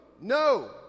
No